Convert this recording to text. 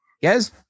Yes